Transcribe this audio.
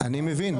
אני מבין.